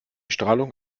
strahlung